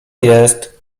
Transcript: jest